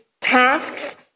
tasks